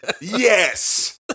Yes